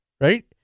right